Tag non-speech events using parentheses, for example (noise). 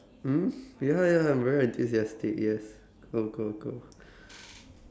mhm (breath) ya ya I'm very enthusiastic yes cool cool cool (breath)